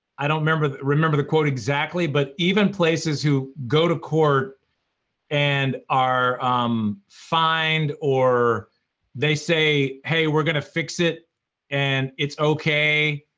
i don't remember remember the quote exactly, but even places who go to court and are um fined or they say, hey, we're going to fix it and it's okay,